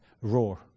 roar